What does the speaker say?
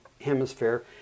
hemisphere